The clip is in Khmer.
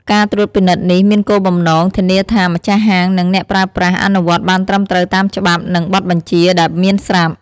ការត្រួតពិនិត្យនេះមានគោលបំណងធានាថា ម្ចាស់ហាង និងអ្នកប្រើប្រាស់ អនុវត្តបានត្រឹមត្រូវតាមច្បាប់ និងបទបញ្ជាដែលមានស្រាប់។